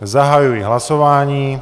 Zahajuji hlasování.